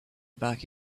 back